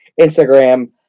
Instagram